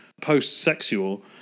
post-sexual